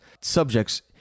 subjects